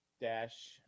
dash